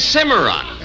Cimarron